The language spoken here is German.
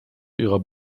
ihrer